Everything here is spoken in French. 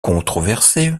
controversée